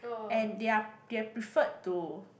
and they're they preferred to